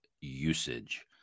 usage